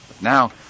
Now